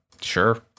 Sure